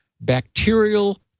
bacterial